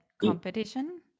competition